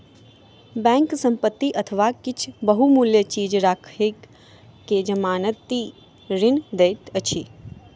bank संपत्ति अथवा किछ बहुमूल्य चीज राइख के जमानती ऋण दैत अछि